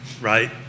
right